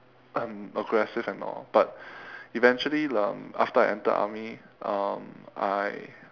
um aggressive and all but eventually um after I enter army um I